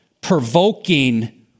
provoking